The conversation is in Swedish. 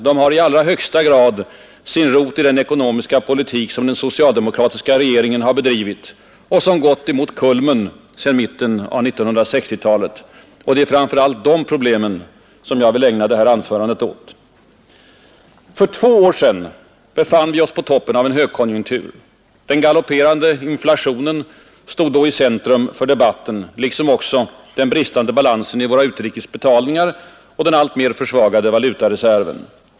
De har i allra högsta grad sin rot i den ekonomiska politik, som den socialdemokratiska regeringen bedrivit och som gått mot kulmen sedan mitten av 1960-talet. Det är framför allt dessa problem som jag vill ägna mitt anförande åt. För två år sedan befann vi oss på toppen av en högkonjunktur. Den galopperande inflationen stod i centrum för debatten liksom också den bristande balansen i våra utrikes betalningar och den alltmer försvagade valutareserven.